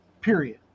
Period